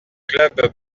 clubs